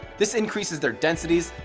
this increases their densities,